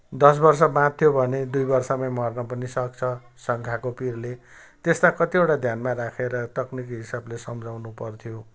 दस वर्ष बाँच्थ्यो भने दुई वर्षमै मर्न पनि सक्छ शङ्काको पिरले त्यस्ता कतिवटा ध्यानमा राखेर तकनिकी हिसाबले सम्झाउन पर्थ्यो